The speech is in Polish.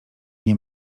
nie